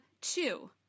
two